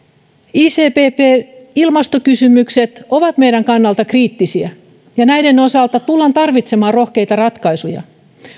ipcc ilmastokysymykset ovat meidän kannaltamme kriittisiä ja näiden osalta tullaan tarvitsemaan rohkeita ratkaisuja